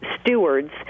Stewards